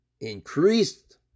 increased